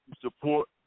support